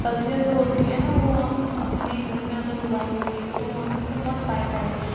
سبزیاں جو ہوتی ہیں نا وہ ہم اپنے گھر میں اگر اگائیں گے تو ہمیں اس سے بہت فائدہ ہے